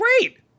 great